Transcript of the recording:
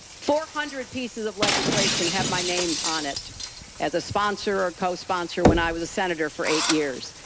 four hundred pieces of legislation have my name on it as a sponsor or cosponsor when i was a senator for eight years.